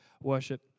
worship